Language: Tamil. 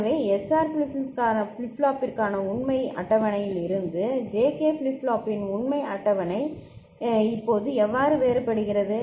எனவே SR ஃபிளிப் ஃப்ளாப்பிற்கான உண்மை அட்டவணையில் இருந்து JK flip flop ன் உண்மை அட்டவணை இப்போது எவ்வாறு வேறுபடுகிறது